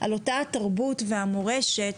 על אותה התרבות והמורשת